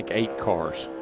ah eight cars?